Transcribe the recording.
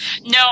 No